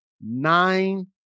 nine